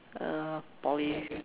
uh Poly